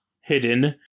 hidden